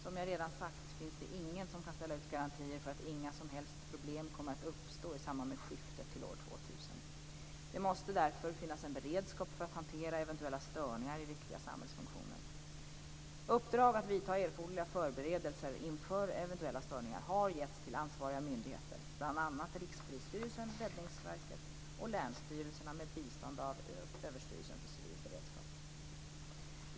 Som jag redan sagt finns det ingen som kan ställa ut garantier för att inga som helst problem kommer att uppstå i samband med skiftet till år 2000. Det måste därför finnas en beredskap för att hantera eventuella störningar i viktiga samhällsfunktioner. Uppdrag att vidta erforderliga förberedelser inför eventuella störningar har getts till ansvariga myndigheter, bl.a. Rikspolisstyrelsen, Räddningsverket och länsstyrelserna med bistånd av Överstyrelsen för civil beredskap.